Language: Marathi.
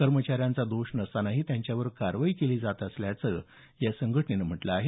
कर्मचाऱ्यांचा दोष नसतांनाही त्यांच्यावर कारवाई केली जात असल्याचं संघटनेने म्हटलं आहे